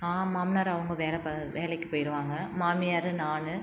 மாமனார் அவங்க வேலை பா வேலைக்குப் போய்டுவாங்க மாமியார் நான்